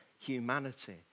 humanity